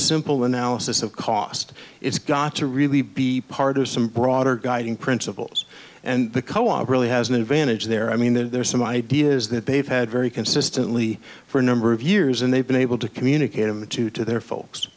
simple analysis of cost it's got to really be part of some broader guiding principles and the co op really has an advantage there i mean there are some ideas that they've had very consistently for a number of years and they've been able to communicate in the two to there folks